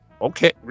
Okay